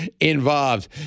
involved